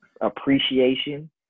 appreciation